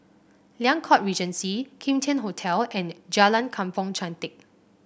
Liang Court Regency Kim Tian Hotel and Jalan Kampong Chantek